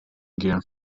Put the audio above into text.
gear